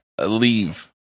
leave